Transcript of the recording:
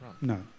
no